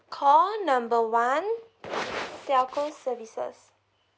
call number one telco services